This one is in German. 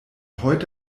heute